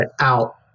out